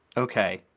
okay.